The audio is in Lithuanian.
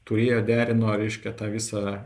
turėjo derino reiškia tą visą